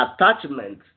Attachment